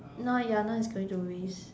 now ya now it's going to waste